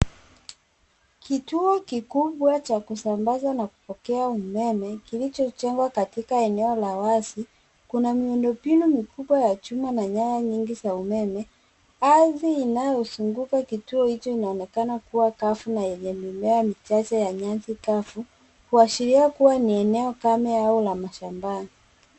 Kituo kikubwa cha kusambaza na kupokea umeme kilichojengwa katika eneo la wazi. Kuna miundo mbinu mikubwa ya chuma na nyaya nyingi za umeme. Ardhi inayozunguka kituo hicho inaonekana kuwa kavu na yenye mimea michache ya nyasi kavu; kuashiria kuwa ni eneo kame ama la mashambani.